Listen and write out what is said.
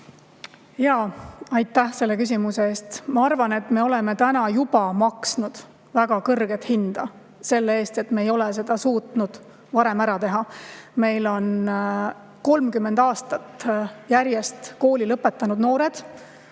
Aitäh selle küsimuse eest! Ma arvan, et me oleme täna juba maksnud väga kõrget hinda selle eest, et me ei ole seda suutnud varem ära teha. Meil on 30 aastat järjest kooli lõpetanud noored,